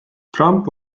trump